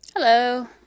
Hello